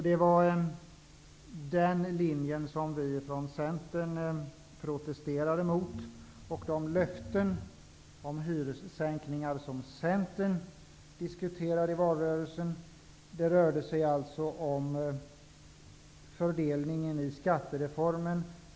Det var den linjen som vi från Centern protesterade mot. De löften om hyressänkningar som Centern diskuterade i valrörelsen rörde sig alltså om fördelningen i skattereformen.